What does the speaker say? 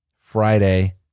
Friday